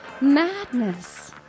Madness